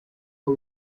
for